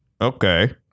Okay